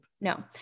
No